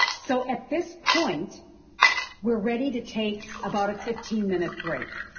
so at this point we're ready to take about a fifteen minute break.